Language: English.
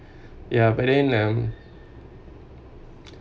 ya but then um